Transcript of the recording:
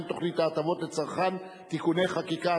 תוכנית הטבות לצרכן (תיקוני חקיקה),